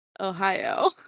Ohio